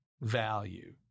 value